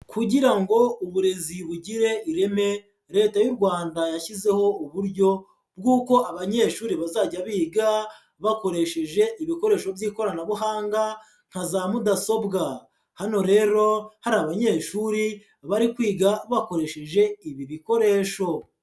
Kugira ngo uburezi bugire ireme, Leta y'u Rwanda yashyizeho uburyo bw'uko abanyeshuri bazajya biga bakoresheje ibikoresho by'ikoranabuhanga nka za mudasobwa, hano rero hari abanyeshuri bari kwiga bakoresheje ibi bikoresho.